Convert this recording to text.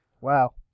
Wow